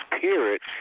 period